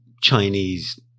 Chinese